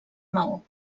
maó